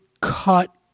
cut